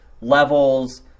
levels